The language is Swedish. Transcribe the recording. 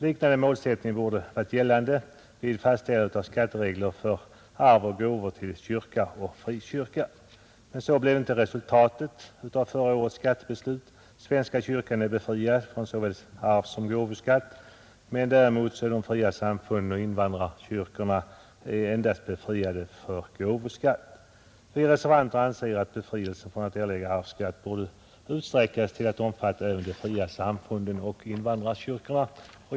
Liknande målsättning borde gällt vid fastställande av skatteregler för arv och gåvor till kyrka och frikyrka. Så blev inte resultatet av förra årets skattebeslut. Svenska kyrkan är befriad från såväl arvssom gåvoskatt medan de fria samfunden och invandrarkyrkorna endast är befriade från gåvoskatt. Vi i centern anser att hefrielse från att erlägga arvsskatt borde utsträckas till att omfatta även de fria samfunden och invandrarkyrkorna.